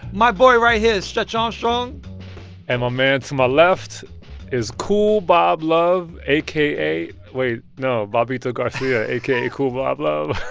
my boy right here is stretch armstrong and my man to my left is kool bob love, aka wait, no, bobbito garcia, aka kool bob love